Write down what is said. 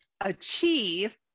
achieve